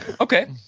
okay